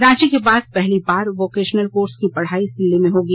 रांची के बाद पहली बार वोकेशनल कोर्स की पढ़ाई सिल्ली में होगी